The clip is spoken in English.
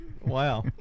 wow